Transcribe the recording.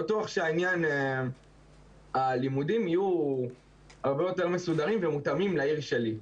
אני בטוח שהלימודים יהיו הרבה יותר מסודרים ומותאמים לעיר שלי.